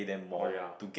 oh ya